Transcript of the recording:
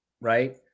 right